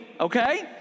Okay